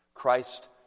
Christ